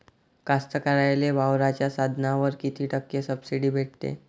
कास्तकाराइले वावराच्या साधनावर कीती टक्के सब्सिडी भेटते?